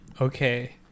okay